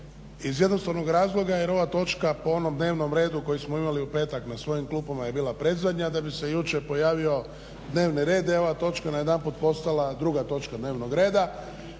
Iz jednostavnog razloga jer ova točka po ovom dnevnom redu koji smo imali u petak na svojim klupama je bila predzadnja da bi se jučer pojavio dnevni red i ova točka je najedanput postala druga točka dnevnog reda.